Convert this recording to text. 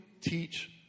teach